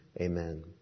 Amen